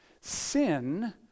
sin